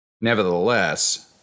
Nevertheless